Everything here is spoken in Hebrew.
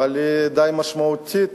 אבל היא די משמעותית.